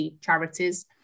charities